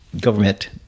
government